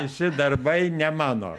visi darbai ne mano